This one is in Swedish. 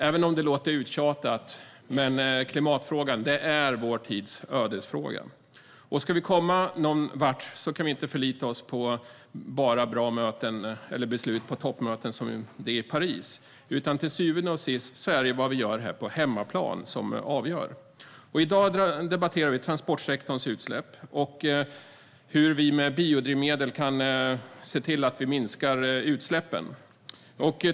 Även om det låter uttjatat är klimatfrågan vår tids ödesfråga. Ska vi komma någonvart kan vi inte bara förlita oss på bra möten eller beslut på toppmöten som det i Paris, utan till syvende och sist är det vad vi gör här på hemmaplan som avgör. I dag debatterar vi transportsektorns utsläpp och hur vi med biodrivmedel kan se till att vi minskar utsläppen.